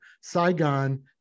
Saigon